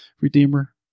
Redeemer